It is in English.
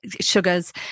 sugars